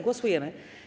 Głosujemy.